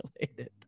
related